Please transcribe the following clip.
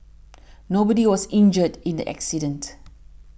nobody was injured in the accident